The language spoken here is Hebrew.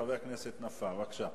חבר הכנסת נפאע, בבקשה.